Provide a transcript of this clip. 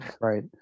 Right